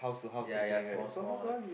ya ya small small